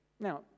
Now